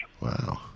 Wow